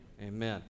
Amen